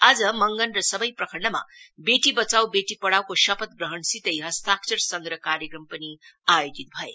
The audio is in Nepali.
आज मंगन र सबै प्रखण्डमा बेटी बटाऊ बेटी पढाऊको शपथ ग्रहणसितै हस्ताक्षर संग्रह क्रार्यक्रम आयोजित भए